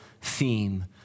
theme